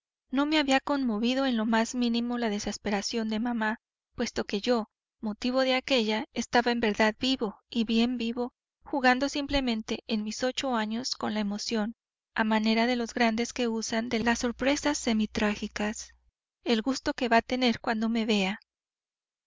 no me había conmovido en lo más mínimo la desesperación de mamá puesto que yo motivo de aquella estaba en verdad vivo y bien vivo jugando simplemente en mis ocho años con la emoción a manera de los grandes que usan de las sorpresas semi trágicas el gusto que va a tener cuando me vea